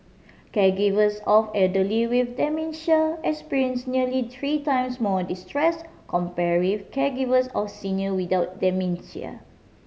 caregivers of elderly with dementia experience nearly three times more distress compare with caregivers of senior without dementia